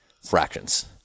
fractions